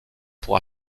pour